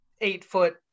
eight-foot